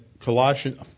Colossians